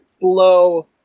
blow